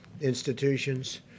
institutions